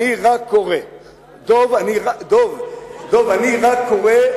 דב, אני רק קורא.